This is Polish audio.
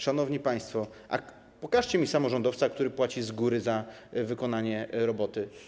Szanowni państwo, pokażcie mi samorządowca, który płaci z góry za wykonanie roboty.